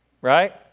right